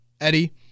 Eddie